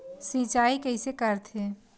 सिंचाई कइसे करथे?